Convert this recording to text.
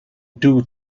due